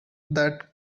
that